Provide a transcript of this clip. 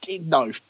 no